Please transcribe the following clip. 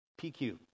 PQ